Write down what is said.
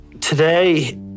today